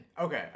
Okay